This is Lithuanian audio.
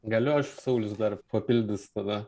galiu aš saulius dar papildys tada